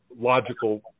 logical